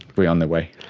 we're on the way.